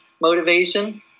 motivation